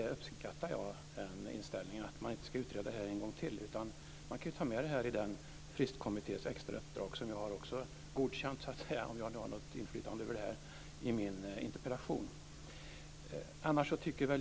Jag uppskattar den inställningen att man inte ska utreda det här en gång till. Man kan ta med det här i Fristkommitténs extra uppdrag, som jag också har godkänt - om jag nu har något inflytande över det här - i min interpellation.